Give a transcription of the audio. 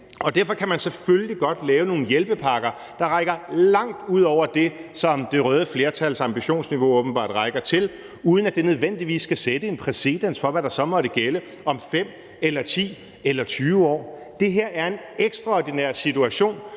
Derfor kan man selvfølgelig godt lave nogle hjælpepakker, der rækker langt ud over det, som det røde flertals ambitionsniveau åbenbart rækker til, uden at det nødvendigvis skal sætte en præcedens for, hvad der så måtte gælde om 5 eller 10 eller 20 år. Det her er en ekstraordinær situation,